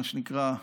מה שנקרא,